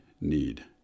need